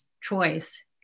choice